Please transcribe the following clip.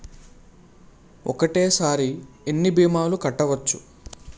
ఒక్కటేసరి ఎన్ని భీమాలు కట్టవచ్చు?